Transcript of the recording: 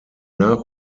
nach